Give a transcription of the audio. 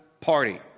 party